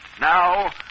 Now